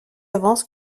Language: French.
avancent